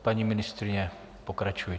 Paní ministryně, pokračujte.